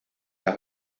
las